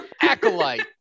Acolyte